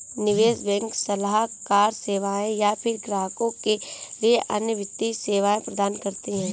निवेश बैंक सलाहकार सेवाएँ या फ़िर ग्राहकों के लिए अन्य वित्तीय सेवाएँ प्रदान करती है